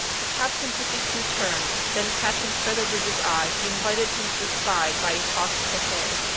the captain took a few turns then, catching feathcrbridge's eye, he invited him to his side by a toss of the head.